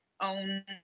own